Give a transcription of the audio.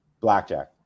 blackjack